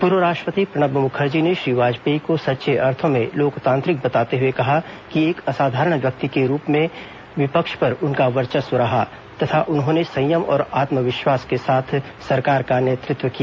पूर्व राष्ट्रपति प्रणब मुखर्जी ने श्री वाजपेयी को सच्चे अर्थो में लोकतांत्रिक बताते हुए कहा कि एक असाधारण व्यक्ति के रूप में विपक्ष पर उनका वर्चस्व रहा तथा उन्होंने संयम और आत्मविश्वास के साथ सरकार का नेतृत्व किया